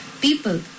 people